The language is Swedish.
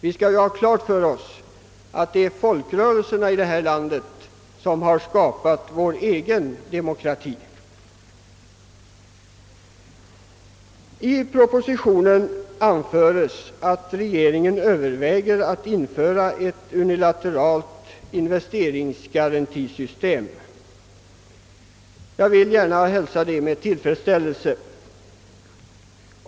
Vi skall ha klart för oss att det är folkrörelserna i detta land som skapat vår egen demokrati. I propositionen anföres att regeringen överväger att införa ett unilatiralt investeringsgarantisystem. Jag vill gärna hälsa detta med tillfredsställelse.